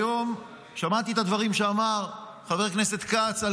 שמעתי היום את הדברים שאמר חבר הכנסת כץ על